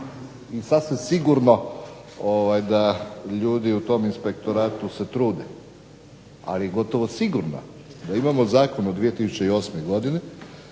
I sasvim sigurno da ljudi u tom inspektoratu se trude. Ali gotovo sigurno da imamo zakon od 2008., gotovo